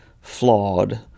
flawed